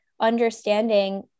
understanding